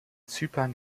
zypern